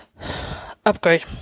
upgrade